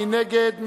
מי נגד?